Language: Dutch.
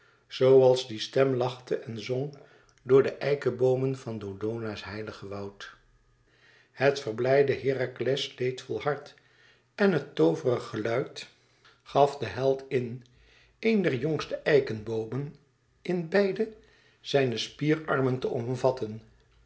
die stem lachte en zong door de eikenboom en van dodona's heilige woud het verblijdde herakles leedvol hart en het toovere geluid gaf den held in een der jongste eikenboomen in beide zijne spierarmen te omvatten